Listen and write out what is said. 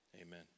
amen